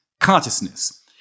consciousness